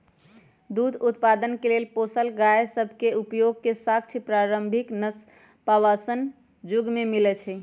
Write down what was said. दूध उत्पादन के लेल पोसल गाय सभ के उपयोग के साक्ष्य प्रारंभिक नवपाषाण जुग में मिलइ छै